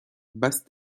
basse